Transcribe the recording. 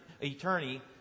attorney